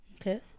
Okay